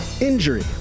Injury